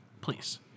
Please